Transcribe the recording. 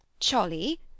Cholly